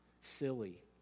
silly